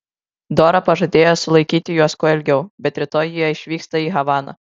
dora pažadėjo sulaikyti juos kuo ilgiau bet rytoj jie išvyksta į havaną